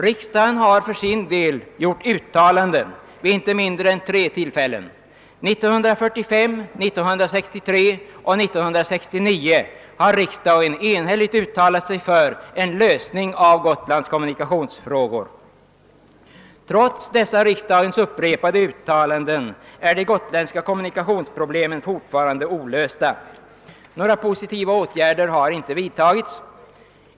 Riksdagen har för sin del gjort uttalanden vid inte mindre än tre tillfällen; 1945, 1963 och 1969 har riksdagen enhälligt uttalat sig för en lösning av Gotlands kommunikationsfrågor med statligt stöd. Trots dessa riksdagens upprepade uttalanden är de gotländska kommunikationsproblemen fortfarande olösta. Några positiva åtgärder har inte vidtagits.